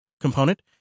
component